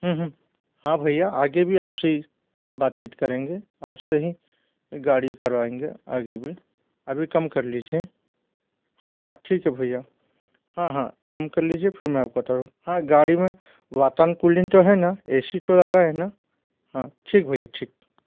हाँ भैया आगे भी आपसे ही बातचीत करेंगे आपसे ही गाड़ी करवाएंगे आगे भी अभी कम कर लीजिए हाँ हाँ ठीक है भैया हाँ हाँ कम कर लीजिए फिर मैं आपको बता रहा हूँ हाँ गाड़ी में वातानुकूलिंग तो है ना ऐसी तो लगा है ना हाँ ठीक भैया ठीक